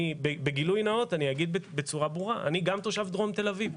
גילוי נאות, אני גם תושב דרום תל אביב.